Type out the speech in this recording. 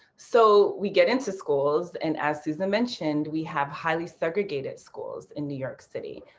so we get into schools and as susan mentioned, we have highly segregated schools in new york city.